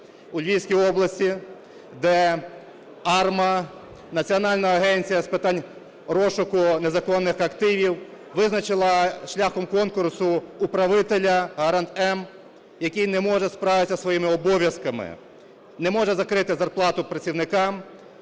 у Львівській області, де АРМА - Національна агенція з питань розшуку незаконних активів визначила шляхом конкурсу управителя "Гарант М", який не може справитися зі своїми обов'язками: не може закрити зарплату працівникам,